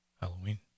Halloween